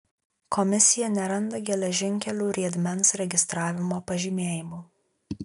komisija neranda geležinkelių riedmens registravimo pažymėjimų